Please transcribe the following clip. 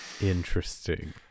Interesting